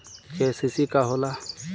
KCC का होला?